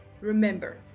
Remember